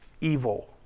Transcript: evil